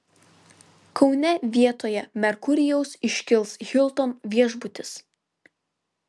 kaune vietoje merkurijaus iškils hilton viešbutis